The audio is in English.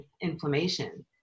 inflammation